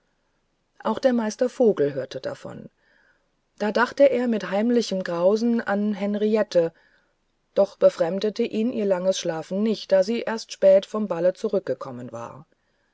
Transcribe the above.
auch der meister vogel hörte davon da dachte er mit heimlichen grausen an henriette doch befremdete ihn ihr langes schlafen nicht da sie erst spät vom balle zurückgekommen war